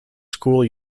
school